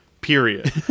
period